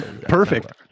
Perfect